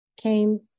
came